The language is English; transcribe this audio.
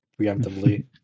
preemptively